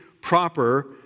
proper